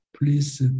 Please